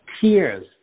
tears